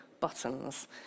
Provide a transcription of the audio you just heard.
buttons